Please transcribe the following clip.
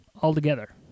altogether